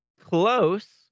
close